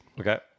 Okay